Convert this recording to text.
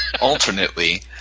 Alternately